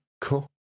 Cool